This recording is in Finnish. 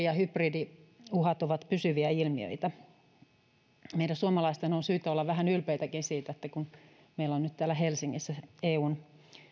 ja hybridiuhat ovat pysyviä ilmiöitä meidän suomalaisten on syytä olla vähän ylpeitäkin siitä että meillä on nyt täällä helsingissä eun